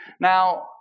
Now